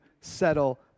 settle